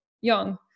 young